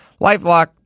LifeLock